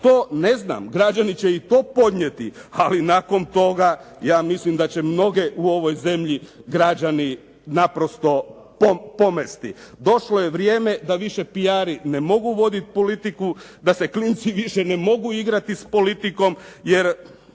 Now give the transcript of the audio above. To, ne znam, građani će i to podnijeti, ali nakon toga, ja mislim da će mnoge u ovoj zemlji, građani naprosto pomesti. Došlo je vrijeme da više PR-i ne mogu voditi politiku, da se klinci više ne mogu igrati s politikom jer